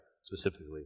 specifically